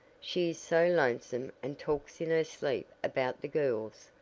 she is so lonesome and talks in her sleep about the girls,